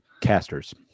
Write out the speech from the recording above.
Casters